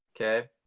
Okay